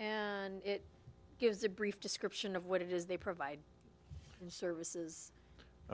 and it gives a brief description of what it is they provide services